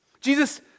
Jesus